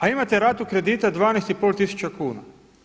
A imate ratu kredita 12,5 tisuća kuna.